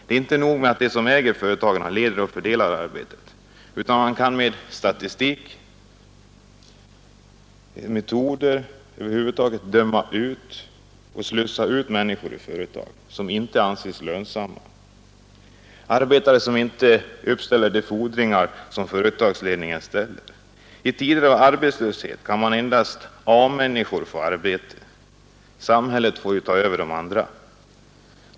Det är inte nog med att de som äger företagen leder och fördelar arbetet, utan de kan med statistik och metoder över huvud taget döma ut och slussa ut människor som inte anses lönsamma, arbetare som inte uppfyller de fordringar som företagsledningen ställer. I tider av arbetslöshet kan endast A-människor få arbete. Samhället får ta över de andra.